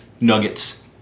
nuggets